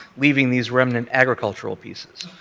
leaving these remnant agriculture ah pieces.